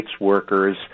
workers